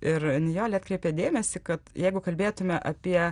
ir nijolė atkreipė dėmesį kad jeigu kalbėtume apie